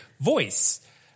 voice